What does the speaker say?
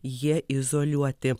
jie izoliuoti